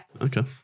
Okay